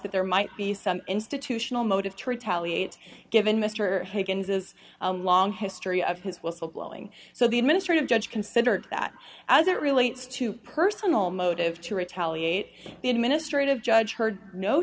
that there might be some institutional motive toward tally it given mr higgins is a long history of his whistle blowing so the administrative judge considered that as it relates to personal motive to retaliate the administrative judge heard no